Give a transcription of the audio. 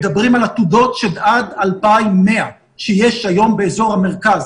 מדברים על עתודות של עד 2100 שיש היום באזור המרכז.